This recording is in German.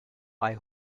bei